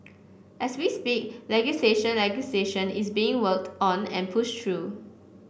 as we speak legislation legislation is being worked on and pushed through